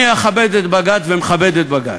אכבד את בג"ץ ומכבד את בג"ץ,